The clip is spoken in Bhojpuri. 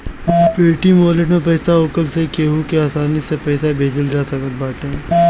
पेटीएम वालेट में पईसा होखला से केहू के आसानी से पईसा भेजल जा सकत बाटे